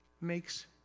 makes